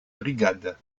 brigade